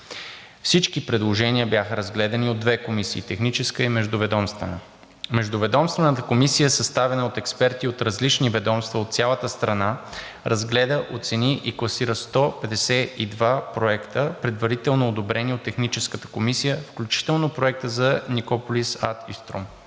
Всички предложения бяха разгледани от две комисии – техническа и междуведомствена. Междуведомствената комисия, съставена от експерти от различни ведомства от цялата страна, разгледа, оцени и класира 152 проекта, предварително одобрени от техническата комисия, включително проекта за Никополис ад Иструм.